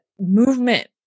movement